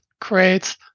creates